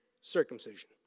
circumcision